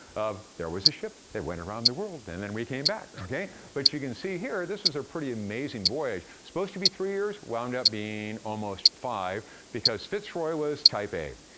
um there was a ship that went around the world, and then we came back, okay? but you can see here, this was a pretty amazing voyage. supposed to be three years, wound up being almost five because fitzroy was type a.